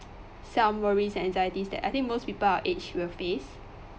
some worries and anxieties that I think most people our age will face